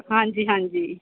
ਹਾਂਜੀ ਹਾਂਜੀ